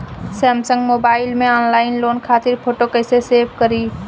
Samsung mobile में online loan खातिर photo कैसे सेभ करीं?